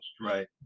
Right